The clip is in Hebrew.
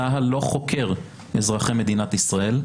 צה"ל לא חוקר אזרחי מדינת ישראל,